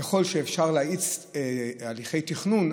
ככל שאפשר להאיץ הליכי תכנון,